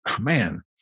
man